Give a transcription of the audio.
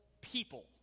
people